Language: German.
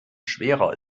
schwerer